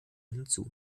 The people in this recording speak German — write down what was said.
hinzu